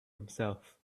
himself